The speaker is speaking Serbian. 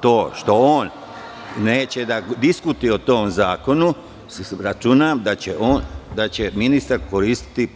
To što on neće da diskutuje o tom zakonu, računam da će ministar koristiti